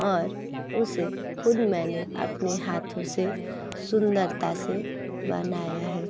और उसे खुद मैंने अपने हाथों से सुंदरता से बनाया है